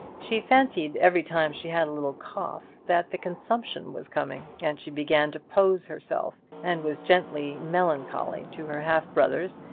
she fancied every time she had a little cough that the consumption was coming, and she began to pose herself, and was gently melancholy to her half-brothers,